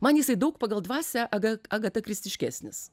man jisai daug pagal dvasia aga agakristiškesnis